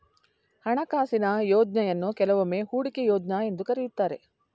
ಹಣಕಾಸಿನ ಯೋಜ್ನಯನ್ನು ಕೆಲವೊಮ್ಮೆ ಹೂಡಿಕೆ ಯೋಜ್ನ ಎಂದು ಕರೆಯುತ್ತಾರೆ